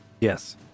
Yes